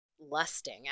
lusting